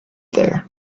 there